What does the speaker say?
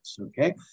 okay